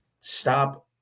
stop